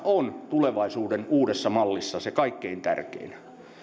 on tulevaisuuden uudessa mallissa se kaikkein tärkein